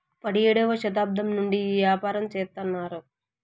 పడియేడవ శతాబ్దం నుండి ఈ యాపారం చెత్తన్నారు